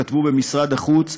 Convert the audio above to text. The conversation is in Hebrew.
כתבו במשרד החוץ,